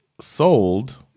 sold